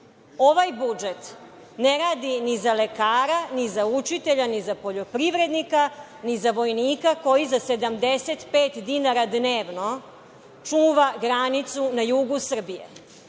ne. Ovaj budžet ne radi ni za lekara, ni za učitelja, ni za poljoprivrednika, ni za vojnika koji za 75 dinara dnevno čuva granicu na jugu Srbije.